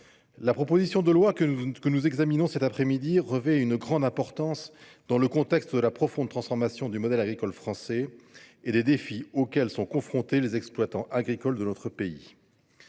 proposition de loi revêt une grande importance, dans le contexte de la profonde transformation du modèle agricole français et des défis auxquels sont confrontés les exploitants agricoles de notre pays.